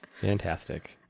fantastic